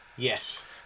Yes